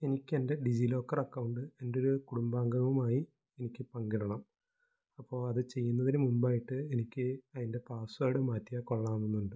എനിക്ക് എൻ്റെ DigiLocker account എൻറ്റൊരു കുടുംബാംഗവുമായി എനിക്ക് പങ്കിടണം അപ്പോള് അത് ചെയ്യുന്നതിന് മുമ്പായിട്ട് എനിക്ക് അതിൻ്റെ പാസ്വേഡ് മാറ്റിയാല് കൊള്ളാമെന്നുണ്ട്